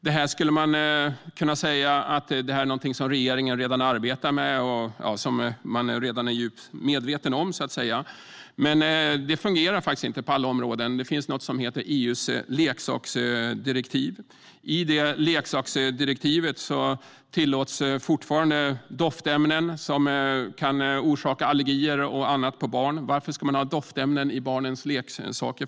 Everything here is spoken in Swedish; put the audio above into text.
Man skulle kunna säga att detta är någonting som regeringen redan arbetar med och är fullt medveten om. Men det fungerar faktiskt inte på alla områden. Det finns något som heter EU:s leksaksdirektiv. I detta leksaksdirektiv tillåts fortfarande doftämnen som kan orsaka allergier och annat hos barn. Varför ska man ha doftämnen i barnens leksaker?